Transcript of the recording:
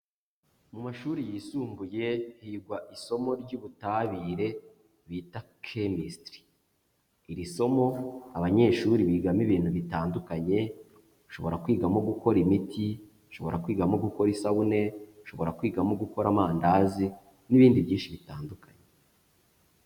Mu mashuri yisumbuye higwa isomo ry'ubutabire bita chemistry, iri somo abanyeshuri bigamo ibintu bitandukanye, ushobora kwigamo gukora imiti, ushobora kwigamo gukora isabune, ushobora kwigamo gukora amandazi n'ibindi byinshi bitandukanye.